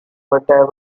whatever